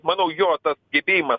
manau jo tas gebėjimas